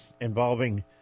involving